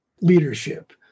leadership